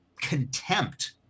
contempt